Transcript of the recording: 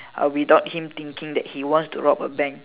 uh without him thinking that he wants to rob a bank